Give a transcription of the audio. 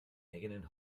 eigenen